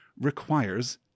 requires